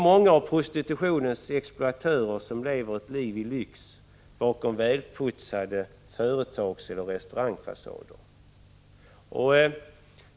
Många av prostitutionens exploatörer lever ett liv i lyx bakom välputsade företagseller restaurangfasader.